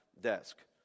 desk